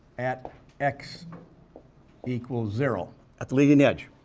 at x equals zero, at the leading edge.